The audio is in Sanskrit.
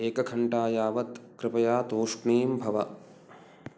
एकघण्टा यावत् कृपया तूष्णीं भव